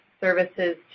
services